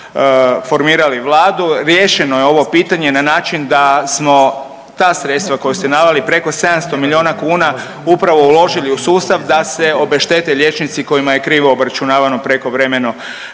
što smo formirali Vladu riješeno je ovo pitanje na način da smo ta sredstva koja ste naveli preko 700 miliona kuna upravo uložili u sustav da se obeštete liječnici kojima je krivo obračunavano prekovremeno